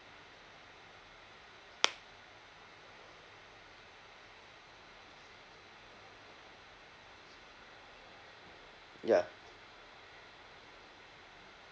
ya